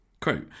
Quote